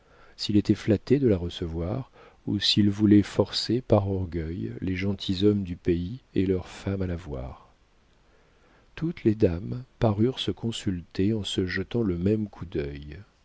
s'il était flatté de la recevoir ou s'il voulait forcer par orgueil les gentilshommes du pays et leurs femmes à la voir toutes les dames parurent se consulter en se jetant le même coup d'œil